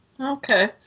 Okay